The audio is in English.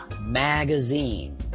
Magazine